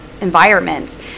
environment